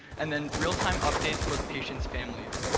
and then real-time updates for the patient's families.